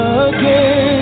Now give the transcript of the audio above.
again